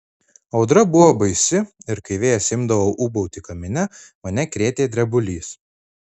audra buvo baisi ir kai vėjas imdavo ūbauti kamine mane krėtė drebulys